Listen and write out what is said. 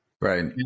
right